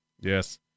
Yes